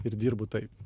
ir dirbu taip